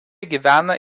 gyvena